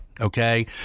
Okay